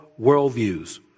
worldviews